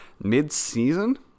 mid-season